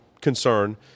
concern